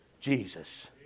Jesus